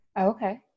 Okay